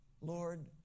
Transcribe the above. Lord